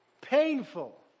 painful